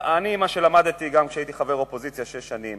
מה שלמדתי גם כשהייתי חבר אופוזיציה שש שנים,